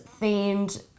themed